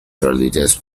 released